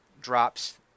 drops